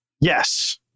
Yes